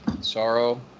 sorrow